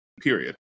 period